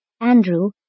Andrew